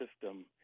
system